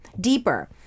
deeper